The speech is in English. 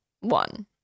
one